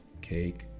cake